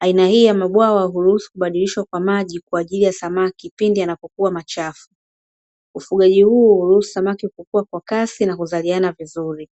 Aina hii ya mabwawa uruhusu kubadirisha maji pindi yakiwa machafu. Ufugaji huu uruhusu samaki kukua kwa kasi na kuzaliana vizuri.